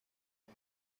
del